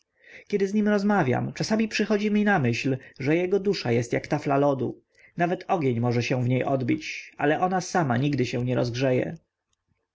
kiedy z nim rozmawiam czasami przychodzi mi na myśl że jego dusza jest jak tafla lodu nawet ogień może się w niej odbić ale ona sama nigdy się nie rozgrzeje